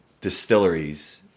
distilleries